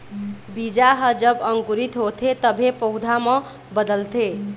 बीजा ह जब अंकुरित होथे तभे पउधा म बदलथे